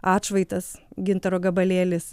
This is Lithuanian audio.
atšvaitas gintaro gabalėlis